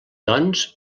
doncs